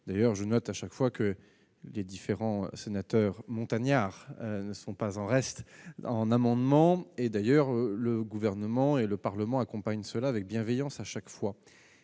D'ailleurs, je note à chaque fois que des différents sénateur montagnard ne sont pas en reste, en amendements et d'ailleurs, le gouvernement et le Parlement accompagne cela avec bienveillance à chaque fois